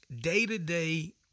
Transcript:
day-to-day –